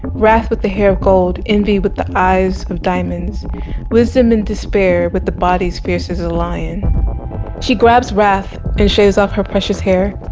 wrath with the hair of gold, envy with the eyes of diamonds wisdom and despair with the bodies fierce as a lion she grabs wrath and shaves off her precious hair.